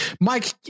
Mike